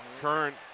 current